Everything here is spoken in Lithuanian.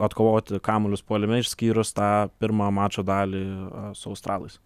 atkovoti kamuolius puolime išskyrus tą pirmą mačo dalį su australais